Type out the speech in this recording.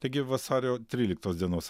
taigi vasario tryliktos dienos